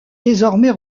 désormais